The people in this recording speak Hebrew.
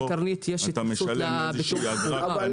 אתה משלם איזושהי אגרה קטנה.